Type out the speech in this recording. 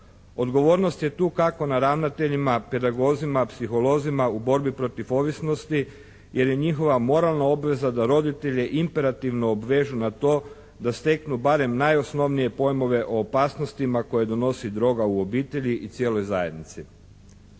Odgovornost je tu kako na ravnateljima, pedagozima, psiholozima u borbi protiv ovisnosti, jer je njihova moralna obveza da roditelje imperativno obvežu na to da steknu barem najosnovnije pojmove o opasnostima koje donosi droga u obitelji i cijeloj zajednici.